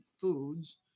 foods